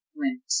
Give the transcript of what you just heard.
went